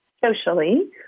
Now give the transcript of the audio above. socially